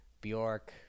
Bjork